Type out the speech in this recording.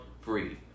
free